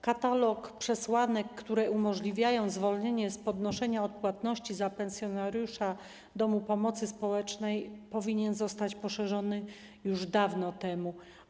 Katalog przesłanek, które umożliwiają zwolnienie z ponoszenia odpłatności za pensjonariusza domu pomocy społecznej, powinien zostać poszerzony już dawno temu.